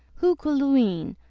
who coulde ween,